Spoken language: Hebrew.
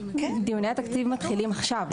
דיוני התקציב מתחילים עכשיו.